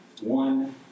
one